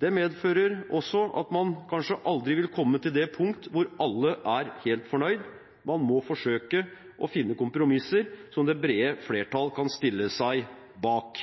Det medfører også at man kanskje aldri vil komme til det punkt hvor alle er helt fornøyd, man må forsøke å finne kompromisser som det brede flertall kan stille seg bak.